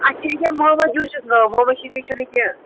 اَسہِ چھِ ییٚکیٛاہ محمد یوٗسُف ناو محمد شفیٖع چھُنہٕ کیٚںٛہہ